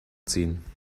ziehen